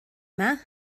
yma